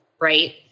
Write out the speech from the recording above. right